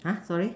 sorry